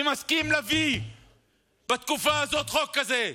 שמסכים להביא בתקופה הזאת חוק כזה,